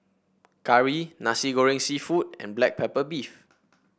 curry Nasi Goreng seafood and Black Pepper Beef